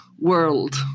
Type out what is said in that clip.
world